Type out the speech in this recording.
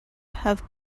have